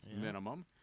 minimum